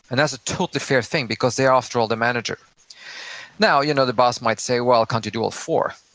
and that's a totally fair thing because they are, after all, the manager now, you know the boss might say, well, can't you do all four?